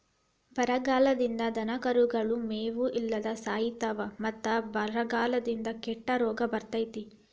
ಬರಗಾಲದಿಂದ ದನಕರುಗಳು ಮೇವು ಇಲ್ಲದ ಸಾಯಿತಾವ ಮತ್ತ ಬರಗಾಲದಿಂದ ಕೆಟ್ಟ ರೋಗ ಬರ್ತೈತಿ